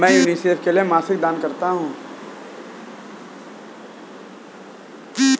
मैं यूनिसेफ के लिए मासिक दान करता हूं